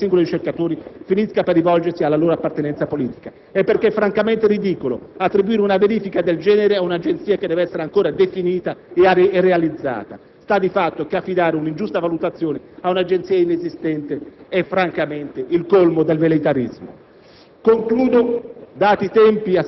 che una verifica centralistica sulla qualità dei singoli ricercatori finisca per rivolgersi alla loro appartenenza politica. Infine, è ridicolo attribuire una verifica del genere ad un'agenzia che deve essere ancora definita e realizzata; affidare un'ingiusta valutazione ad un'agenzia inesistente è francamente il colmo del velleitarismo!